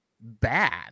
bad